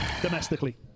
Domestically